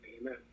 Amen